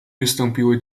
wystąpiły